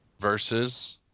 versus